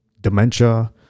dementia